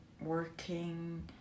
working